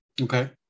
Okay